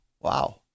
Wow